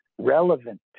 relevant